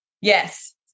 Yes